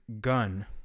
Gun